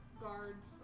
guards